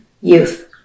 youth